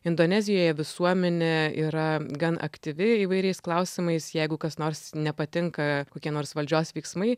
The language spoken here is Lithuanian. indonezijoje visuomenė yra gan aktyvi įvairiais klausimais jeigu kas nors nepatinka kokie nors valdžios veiksmai